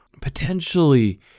potentially